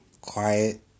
quiet